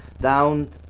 down